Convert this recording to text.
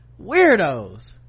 Weirdos